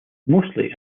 mostly